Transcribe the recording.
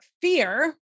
fear